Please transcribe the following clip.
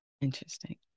Interesting